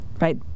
right